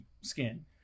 skin